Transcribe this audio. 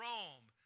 Rome